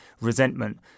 resentment